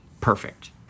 perfect